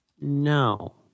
No